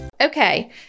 Okay